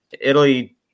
Italy